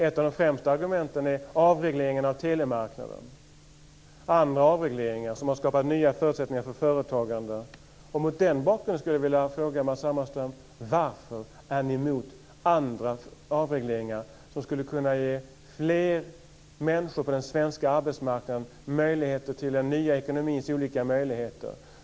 Ett av de främsta argumenten är avregleringen av telemarknaden och andra avregleringar som har skapat nya förutsättningar för företagande. Hammarström varför ni är emot andra avregleringar som skulle kunna ge fler människor på den svenska arbetsmarknaden tillgång till den nya ekonomins olika möjligheter.